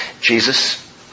Jesus